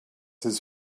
his